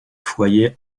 foyer